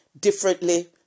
differently